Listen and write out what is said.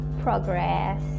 progress